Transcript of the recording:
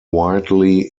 widely